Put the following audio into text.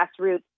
grassroots